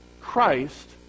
Christ